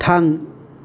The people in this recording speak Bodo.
थां